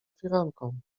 firanką